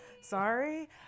sorry